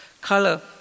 color